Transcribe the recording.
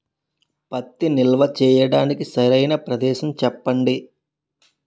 పత్తి నిల్వ చేయటానికి సరైన ప్రదేశం చెప్పండి?